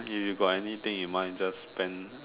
you got anything you might just spend